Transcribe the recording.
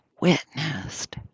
witnessed